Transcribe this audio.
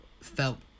felt